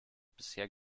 bisher